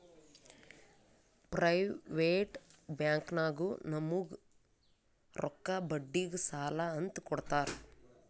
private ಬ್ಯಾಂಕ್ನಾಗು ನಮುಗ್ ರೊಕ್ಕಾ ಬಡ್ಡಿಗ್ ಸಾಲಾ ಅಂತ್ ಕೊಡ್ತಾರ್